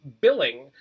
billing